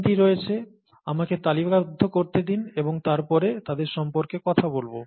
তিনটি রয়েছে আমাকে তালিকাবদ্ধ করতে দিন এবং তারপরে তাদের সম্পর্কে কথা বলব